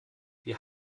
wir